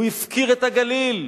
הוא הפקיר את הגליל,